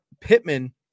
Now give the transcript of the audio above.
Pittman